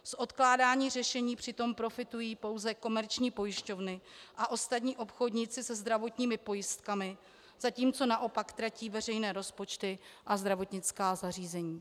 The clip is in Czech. Z odkládání řešení přitom profitují pouze komerční pojišťovny a ostatní obchodníci se zdravotními pojistkami, zatímco naopak tratí veřejné rozpočty a zdravotnická zařízení.